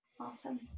Awesome